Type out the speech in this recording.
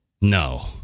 No